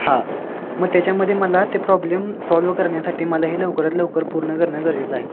हां मग त्याच्यामध्ये मला ते प्रॉब्लेम सॉल्व करण्यासाठी मला हे लवकरात लवकर पूर्ण करणं गरजेचं आहे